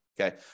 Okay